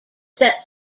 that